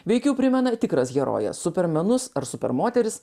veikiau primena tikras herojes supermenus ar supermoteris